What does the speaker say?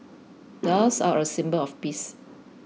doves are a symbol of peace